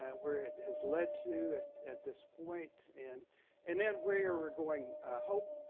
and where it has led to at at this point and and then where we are going hope